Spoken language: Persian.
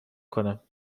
کنم